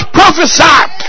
prophesied